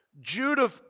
Judah